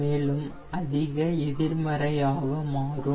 மேலும் அதிக எதிர்மறையாக மாறும்